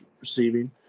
receiving